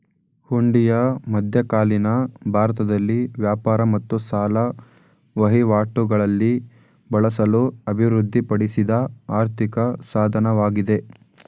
ಹುಂಡಿಯು ಮಧ್ಯಕಾಲೀನ ಭಾರತದಲ್ಲಿ ವ್ಯಾಪಾರ ಮತ್ತು ಸಾಲ ವಹಿವಾಟುಗಳಲ್ಲಿ ಬಳಸಲು ಅಭಿವೃದ್ಧಿಪಡಿಸಿದ ಆರ್ಥಿಕ ಸಾಧನವಾಗಿದೆ